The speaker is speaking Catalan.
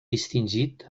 distingit